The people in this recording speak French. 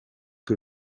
que